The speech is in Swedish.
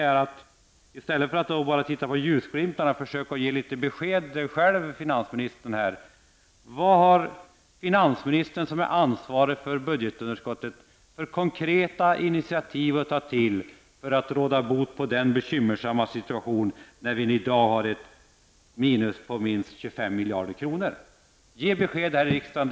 I stället för att bara titta på ljusglimtarna, försök ge besked själv, finansministern: Vad har finansministern, som är ansvarig för budgetunderskottet, för konkreta initiativ att ta till för att råda bot på den bekymmersamma situationen vi i dag har med ett minus på minst 25 miljarder kronor? Ge ett besked här i riksdagen.